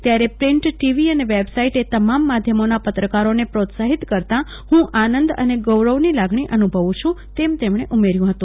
ત્યારે print TV અને website એ તમામ માધ્યમોને પત્રકારો ને પ્રોત્સાફિત કરતા હું આનંદ અને ગોરવ ની લાગણી અનુભવું ચું તેમણે ઉમેર્યું હતું